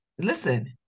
Listen